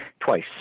Twice